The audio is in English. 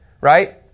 right